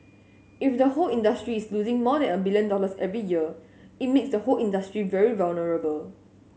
if the whole industries losing more than a billion dollars every year it makes the whole industry very vulnerable